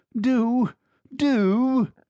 Do—do—